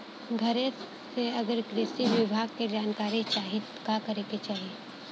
घरे से अगर कृषि विभाग के जानकारी चाहीत का करे के चाही?